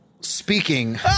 speaking